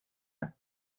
her